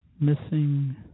Missing